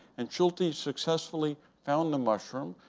and schultes successfully found the mushroom,